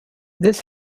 this